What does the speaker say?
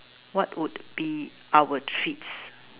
what would be our treats